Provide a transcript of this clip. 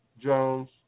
Jones